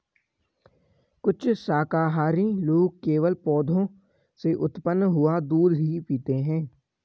कुछ शाकाहारी लोग केवल पौधों से उत्पन्न हुआ दूध ही पीते हैं